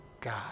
God